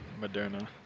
Moderna